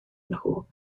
nhw